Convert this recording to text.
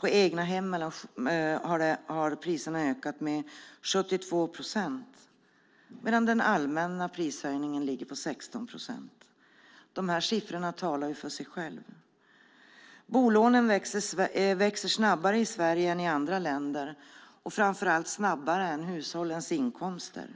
För egnahemmen har priserna ökat med 72 procent, medan den allmänna prishöjningen ligger på 16 procent. Dessa siffror talar för sig själv. Bolånen växer snabbare i Sverige än i andra länder och framför allt snabbare än hushållens inkomster.